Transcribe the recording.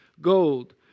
gold